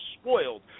spoiled